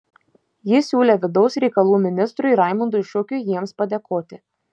ji siūlė vidaus reikalų ministrui raimundui šukiui jiems padėkoti